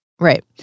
Right